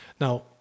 Now